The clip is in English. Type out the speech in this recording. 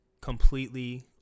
completely